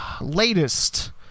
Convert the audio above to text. latest